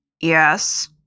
Yes